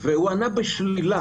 הוא ענה בשלילה.